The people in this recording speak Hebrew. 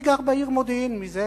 אני גר בעיר מודיעין זה כשנתיים.